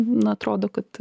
na atrodo kad